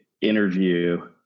interview